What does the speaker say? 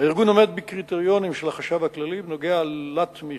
הארגון עומד בקריטריונים של החשב הכללי בנוגע לתמיכות,